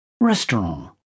Restaurant